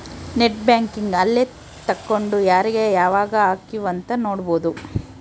net banking ಅಲ್ಲೆ ತೆಕ್ಕೊಂಡು ಯಾರೀಗ ಯಾವಾಗ ಹಕಿವ್ ಅಂತ ನೋಡ್ಬೊದು